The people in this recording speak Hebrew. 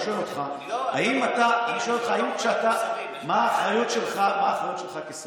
אני שואל אותך: מה האחריות שלך כשר?